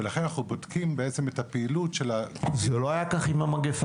ולכן אנחנו בודקים בעצם את הפעילות של --- זה לא היה כך עם המגפה.